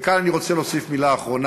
וכאן אני רוצה להוסיף מילה אחרונה,